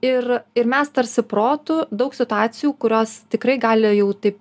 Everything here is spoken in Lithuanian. ir ir mes tarsi protu daug situacijų kurios tikrai gali jau taip